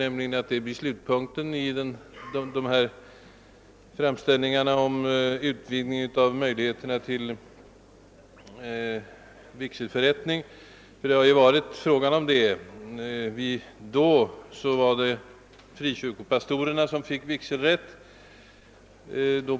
Jag tror också att detta blir slutpunkten på de många årens framställningar om utvidgning av behörigheten att förrätta vigsel. Det är ju det som det nu åter är fråga om. På 1950 talet var det frikyrkopastorerna som fick vigselrätt.